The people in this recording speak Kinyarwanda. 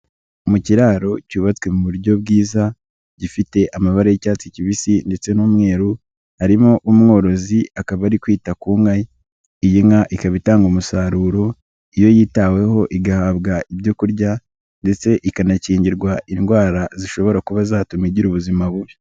Mu kiraro cyubatswe mu buryo bwiza, gifite amabare y'icyatsi kibisi ndetse n'umweru, harimo umworozi akaba ari kwita ku nka ye, iyi nka ikaba itanga umusaruro, iyo yitaweho igahabwa ibyo kurya ndetse ikanakingirwa indwara zishobora kuba zatuma igira ubuzima bubi.